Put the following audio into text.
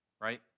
right